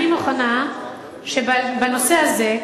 אני מוכנה שבנושא הזה,